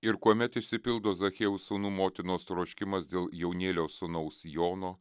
ir kuomet išsipildo zachiejaus sūnų motinos troškimas dėl jaunėlio sūnaus jono